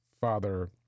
Father